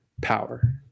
power